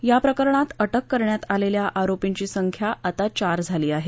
या प्रकरणात अटक करण्यात आलेल्या आरोपींची संख्या चार झाली आहे